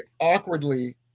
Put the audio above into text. awkwardly